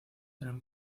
eran